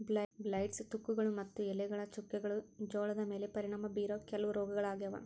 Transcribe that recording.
blights, ತುಕ್ಕುಗಳು ಮತ್ತು ಎಲೆಗಳ ಚುಕ್ಕೆಗಳು ಜೋಳದ ಮ್ಯಾಲೆ ಪರಿಣಾಮ ಬೇರೋ ಕೆಲವ ರೋಗಗಳಾಗ್ಯಾವ